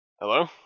Hello